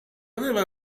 aveva